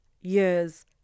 years